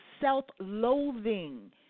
self-loathing